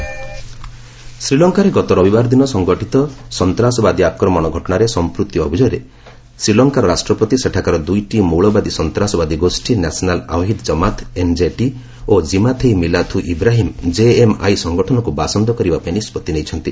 SS ପ୍ରେଜ୍ ଶ୍ରୀଲଙ୍କାରେ ଗତ ରବିବାର ଦିନ ସଂଘଟିତ ସନ୍ତାସବାଦୀ ଆକ୍ରମଣ ଘଟଣାରେ ସଂପୂକ୍ତି ଅଭିଯୋଗରେ ଶ୍ରୀଲଙ୍କାର ରାଷ୍ଟ୍ରପତି ସେଠାକାର ଦୁଇଟି ମୌଳବାଦୀ ସନ୍ତାସବାଦୀ ଗୋଷୀ ନ୍ୟାସନାଲ୍ ଅଓହିଦ ଜମାଥ ଏନ୍କେଟି ଓ କମାଥେଇ ମିଲାଥୁ ଇବ୍ରାହିମ୍ ଜେଏମ୍ଆଇ ସଂଗଠନକୁ ବାସନ୍ଦ କରିବା ପାଇଁ ନିଷ୍ପଭି ନେଇଛନ୍ତି